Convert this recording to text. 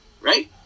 right